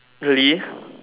really